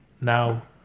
Now